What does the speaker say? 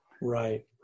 Right